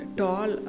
tall